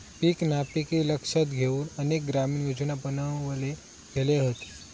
पीक नापिकी लक्षात घेउन अनेक ग्रामीण योजना बनवले गेले हत